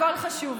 הכול חשוב.